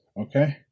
okay